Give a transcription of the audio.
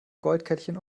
goldkettchen